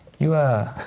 you ah,